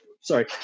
sorry